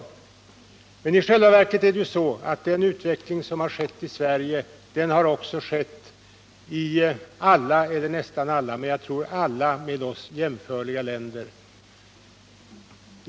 I själva verket är det så att samma utveckling som skett i Sverige också skett i, tror jag, alla med oss jämförliga länder.